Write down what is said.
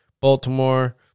Baltimore